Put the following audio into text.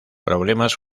problemas